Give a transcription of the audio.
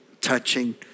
touching